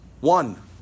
One